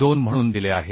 2 म्हणून दिले आहे